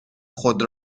خود